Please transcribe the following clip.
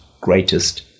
greatest